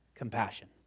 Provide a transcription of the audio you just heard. compassion